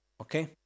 Okay